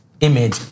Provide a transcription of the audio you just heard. image